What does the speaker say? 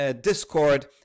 discord